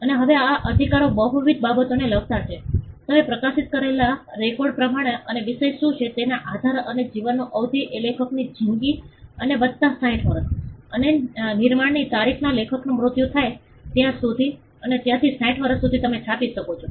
અને હવે આ અધિકારો બહુવિધ બાબતોને લગતા છે તમે પ્રકાશિત કરેલા રેકોર્ડ પ્રમાણે અને વિષય શું છે તેના આધારે અને જીવનની અવધિ એ લેખકની જિંદગી અને વત્તા60 વર્ષ અને નિર્માણની તારીખથી લેખકનુ મૃત્યુ થાય ત્યાં સુધી અને ત્યાંથી 60 વર્ષ સુધી તમે છાપી શકો છો